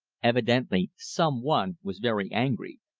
evidently some one was very angry,